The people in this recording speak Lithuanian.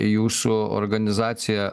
jūsų organizacija